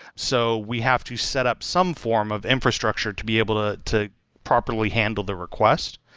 so we have to set up some form of infrastructure to be able to to properly handle the request.